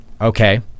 Okay